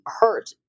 hurt